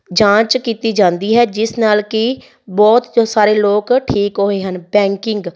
ਜਾਂਚ ਕੀਤੀ ਜਾਂਦੀ ਹੈ ਜਿਸ ਨਾਲ ਕਿ ਬਹੁਤ ਸਾਰੇ ਲੋਕ ਠੀਕ ਹੋਏ ਹਨ ਬੈਂਕਿੰਗ